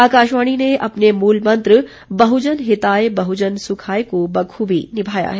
आकाशवाणी ने अपने मूल मंत्र बहुजन हिताय बहुजन सुखाय को बखूबी निभाया है